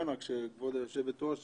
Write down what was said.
כבוד היושבת-ראש,